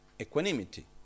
equanimity